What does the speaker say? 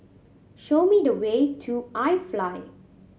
show me the way to iFly